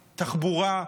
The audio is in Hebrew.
תחבורה,